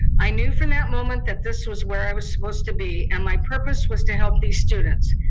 i knew from that moment that this was where i was supposed to be, and my purpose was to help these students.